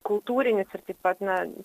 kultūrinis ir taip pat na